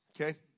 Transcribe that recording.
Okay